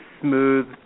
smooth